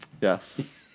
Yes